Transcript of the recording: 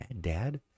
Dad